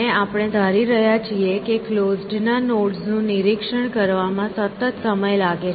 અને આપણે ધારી રહ્યા છીએ કે ક્લોઝડ ના નોડ્સનું નિરીક્ષણ કરવામાં સતત સમય લાગે છે